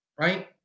right